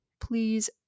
Please